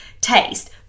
taste